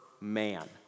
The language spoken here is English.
man